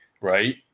right